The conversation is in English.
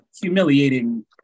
humiliating